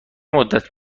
مدت